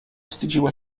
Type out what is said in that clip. wstydziła